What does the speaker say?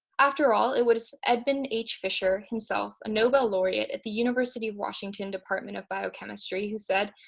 after all, it was edmond h fischer himself, a nobel laureate, at the university of washington department of biochemistry, who said,